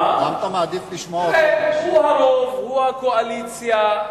הוא הרוב, הוא הקואליציה.